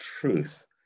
truth